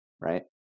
right